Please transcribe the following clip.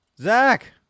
Zach